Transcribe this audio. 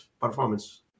performance